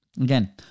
again